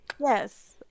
Yes